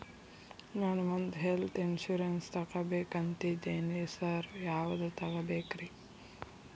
ನಾನ್ ಒಂದ್ health insurance ತಗಬೇಕಂತಿದೇನಿ sir ಯಾವದ ತಗಬೇಕ್ರಿ?